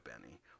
Benny